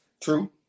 True